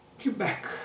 Quebec